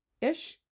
ish